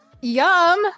Yum